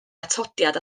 atodiad